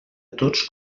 tots